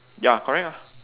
ya correct ah